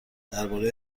درباره